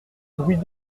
bruits